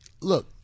look